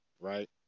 right